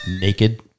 Naked